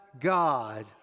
God